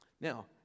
Now